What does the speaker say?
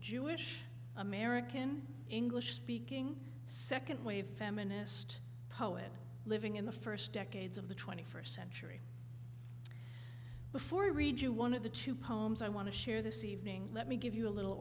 jewish american english speaking second wave feminist poet living in the first decades of the twenty first century before i read you one of the two poems i want to share this evening let me give you a little